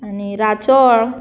आनी राशोल